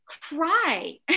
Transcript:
cry